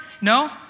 No